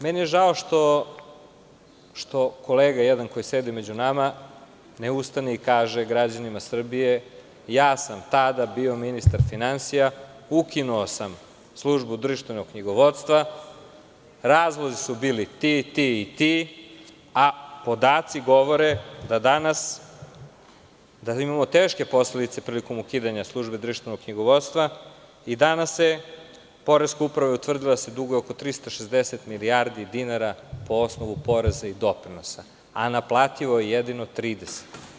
Meni je žao što jedan kolega, koji sedi među nama, ne ustane i kaže građanima Srbije – ja sam tada bio ministar finansija, ukinuo sam Službu društvenog knjigovodstva, razlozi su bili ti, ti i ti, a podaci govore da danas imamo teške posledice prilikom ukidanja Službe društvenog knjigovodstva, i danas poreska uprava je utvrdila da se duguje oko 360 milijardi dinara po osnovu poreza i doprinosa, a naplativo je jedino 30.